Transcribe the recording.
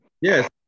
Yes